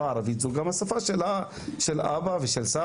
בוקר טוב, אדוני היושב-ראש וחבר הכנסת